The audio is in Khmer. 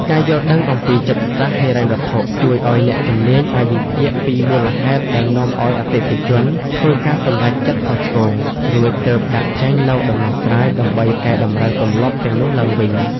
ការយល់ដឹងអំពីចិត្តសាស្ត្រហិរញ្ញវត្ថុជួយឱ្យអ្នកជំនាញអាចវិភាគពីមូលហេតុដែលនាំឱ្យអតិថិជនធ្វើការសម្រេចចិត្តខុសឆ្គង រួចទើបដាក់ចេញនូវដំណោះស្រាយដើម្បីកែតម្រូវទម្លាប់ទាំងនោះឡើងវិញ។